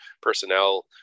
personnel